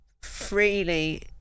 freely